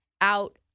out